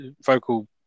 vocal